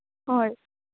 ꯍꯣꯏ